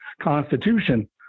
constitution